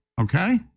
okay